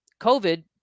COVID